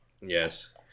Yes